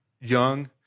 young